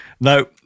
no